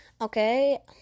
Okay